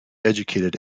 educated